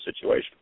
situation